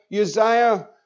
Uzziah